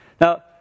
Now